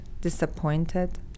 disappointed